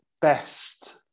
best